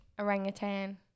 Orangutan